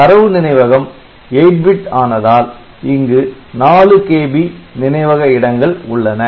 தரவு நினைவகம் 8 பிட் ஆனதால் இங்கு 4KB நினைவக இடங்கள் உள்ளன